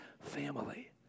family